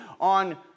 on